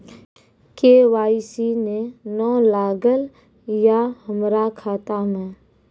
KYC ने न लागल या हमरा खाता मैं?